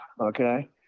okay